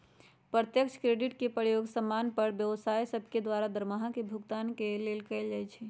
प्रत्यक्ष क्रेडिट के प्रयोग समान्य पर व्यवसाय सभके द्वारा दरमाहा के भुगतान के लेल कएल जाइ छइ